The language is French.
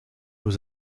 aux